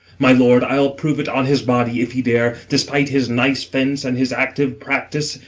my lord, i'll prove it on his body, if he dare, despite his nice fence and his active practice,